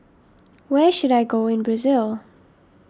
where should I go in Brazil